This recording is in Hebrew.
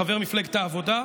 חבר מפלגת העבודה,